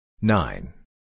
Nine